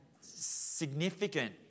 significant